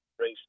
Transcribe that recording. race